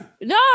No